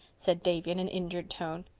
said davy in an injured tone.